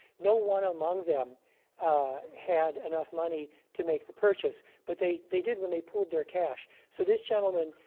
no one among them had enough money to make the purchase, but they they did when they pulled their cash. so this gentleman,